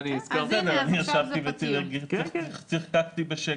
בסדר, אני ישבתי וצחקקתי בשקט.